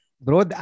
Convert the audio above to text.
bro